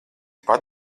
pat